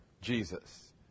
Jesus